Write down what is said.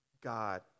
God